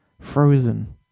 Frozen